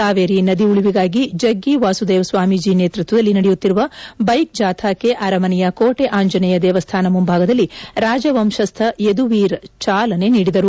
ಕಾವೇರಿ ನದಿ ಉಳಿವಿಗಾಗಿ ಜಗ್ಗಿ ವಾಸುದೇವ ಸ್ವಾಮೀಜ ನೇತೃತ್ವದಲ್ಲಿ ನಡೆಯುತ್ತಿರುವ ಬೈಕ್ ಜಾಥಾಕ್ಕೆ ಅರಮನೆಯ ಕೋಟೆ ಆಂಜನೇಯ ದೇವಸ್ಥಾನ ಮುಂಭಾಗದಲ್ಲಿ ರಾಜವಂಶಸ್ಥ ಯದುವೀರ್ ಚಾಲನೆ ನೀಡಿದರು